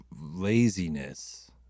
laziness